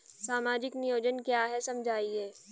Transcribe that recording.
सामाजिक नियोजन क्या है समझाइए?